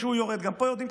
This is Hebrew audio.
כשהוא יורד גם פה יורדים,